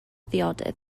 ddiodydd